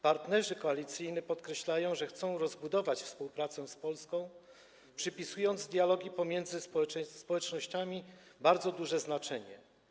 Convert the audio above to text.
Partnerzy koalicyjni podkreślają, że chcą rozbudować współpracę z Polską, przypisując dialogowi pomiędzy społecznościami bardzo duże znaczenie.